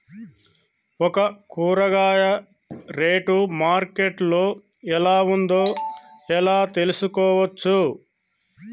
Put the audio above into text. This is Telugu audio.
ఒక కూరగాయ రేటు మార్కెట్ లో ఎలా ఉందో ఎలా తెలుసుకోవచ్చు?